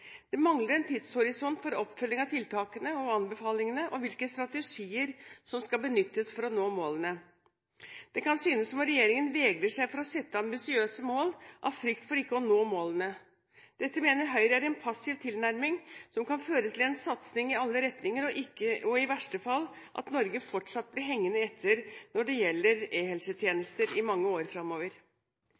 Det mangler en tidshorisont for oppfølging av tiltakene og anbefalingene og hvilke strategier som skal benyttes for å nå målene. Det kan synes som om regjeringen vegrer seg for å sette seg ambisiøse mål av frykt for ikke å nå målene. Dette mener Høyre er en passiv tilnærming, som kan føre til en satsing i alle retninger, og i verste fall at Norge fortsatt blir hengende etter når det gjelder e-helsetjenester, i mange år